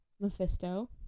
Mephisto